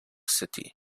city